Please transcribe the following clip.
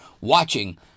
watching